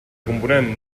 component